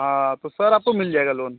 हाँ तो सर आपको मिल जाएगा लोन